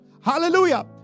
Hallelujah